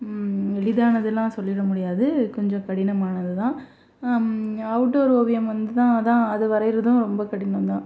எளிதானதுலாம் சொல்லிட முடியாது கொஞ்சம் கடினமானது தான் அவுட்டோர் ஓவியம் வந்து தான் அதுஉதான் அது வரைகிறதும் ரொம்ப கடினம் தான்